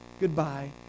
goodbye